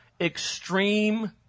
extreme